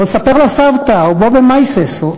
או "ספר לסבתא", או "באבע מעשיות".